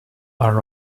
are